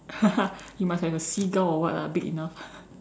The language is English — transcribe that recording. you must have a seagull or what lah big enough